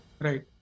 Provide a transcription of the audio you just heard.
right